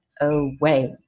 away